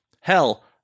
Hell